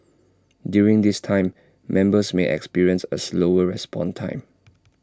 during this time members may experience A slower response time